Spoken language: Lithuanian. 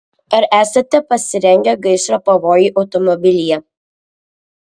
ar esate pasirengę gaisro pavojui automobilyje